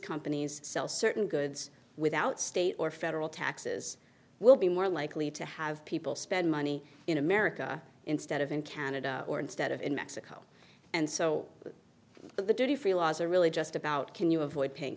companies sell certain goods without state or federal taxes we'll be more likely to have people spend money in america instead of in canada or instead of in mexico and so the duty free laws are really just about can you avoid paying